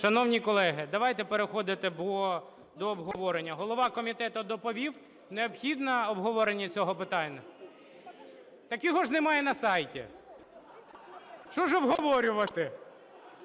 Шановні колеги, давайте переходити до обговорення. Голова комітету доповів. Необхідне обговорення цього питання? (Шум у залі) Так його ж немає на сайті! Що ж обговорювати!